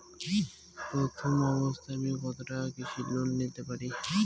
প্রথম অবস্থায় আমি কত টাকা কৃষি লোন পেতে পারি?